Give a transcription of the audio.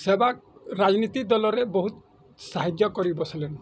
ସେବା ରାଜନୀତି ଦଲରେ ବହୁତ ସାହାଯ୍ୟ କରି ବସିଲେନ